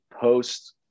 post